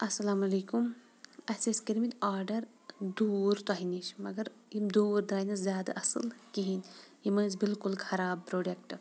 السَلامُ علیکُم اَسہِ ٲسۍ کٔرمٕتۍ آرڈر دوٗر تۄہہِ نِش مگر یِم دوٗر درٛاے نہٕ زیادٕ اَصٕل کِہیٖنۍ یِم ٲسۍ بالکل خراب پرٛوڈَکٹ